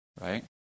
right